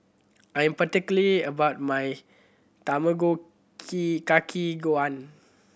I am particular about my Tamago Kake Gohan